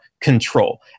control